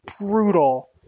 brutal